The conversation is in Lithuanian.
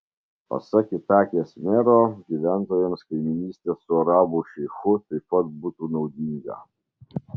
pasak itakės mero gyventojams kaimynystė su arabų šeichu taip pat būtų naudinga